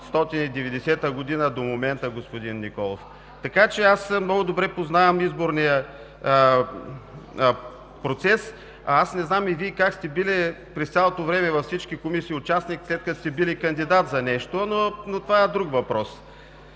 От 1990 г. до момента, господин Николов! Така че аз много добре познавам изборния процес. Аз не знам и Вие как сте били участник през цялото време във всички комисии, след като сте били кандидат за нещо, но това е друг въпрос.